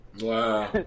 Wow